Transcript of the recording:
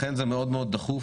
לכן זה מאוד מאוד דחוף,